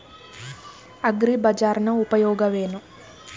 ಅಗ್ರಿಬಜಾರ್ ನ ಉಪಯೋಗವೇನು?